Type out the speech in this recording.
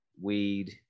weed